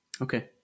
Okay